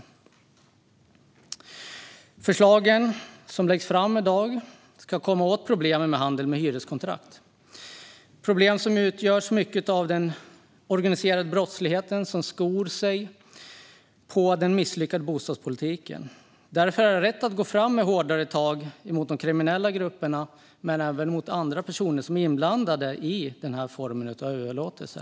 De förslag som läggs fram i dag ska komma åt problemet med handel med hyreskontrakt. Problemet utgörs mycket av den organiserade brottsligheten, som skor sig på den misslyckade bostadspolitiken. Därför är det rätt att gå fram med hårdare tag mot de kriminella grupperna men även mot andra personer som är inblandade i denna form av överlåtelse.